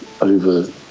over